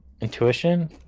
Intuition